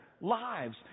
lives